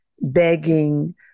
begging